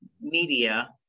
media